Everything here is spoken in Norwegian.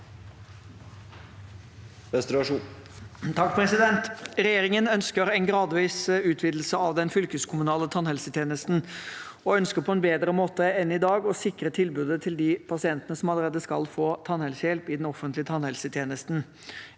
Regjerin- gen ønsker en gradvis utvidelse av den fylkeskommunale tannhelsetjenesten og ønsker på en bedre måte enn i dag å sikre tilbudet til de pasientene som allerede skal få tannhelsehjelp i den offentlige tannhelsetjenesten.